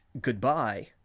Goodbye